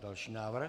Další návrh.